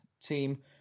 team